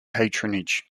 patronage